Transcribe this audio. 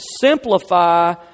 simplify